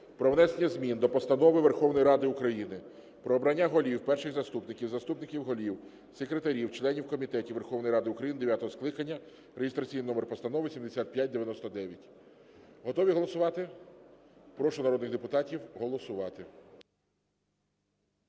про внесення змін до Постанови Верховної Ради України "Про обрання голів, перших заступників, заступників голів, секретарів, членів комітетів Верховної Ради України дев'ятого скликання" (реєстраційний номер Постанови 7599). Готові голосувати? Прошу народних депутатів голосувати.